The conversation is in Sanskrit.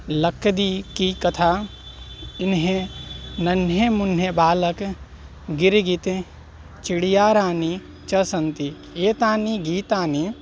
लक्दी कि कथा इन्हे नन्हे मुन्ने बालक् गिरिगित् चिडियारानि च सन्ति एतानि गीतानि